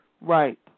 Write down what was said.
Right